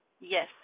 yes